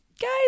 guys